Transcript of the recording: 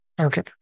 Okay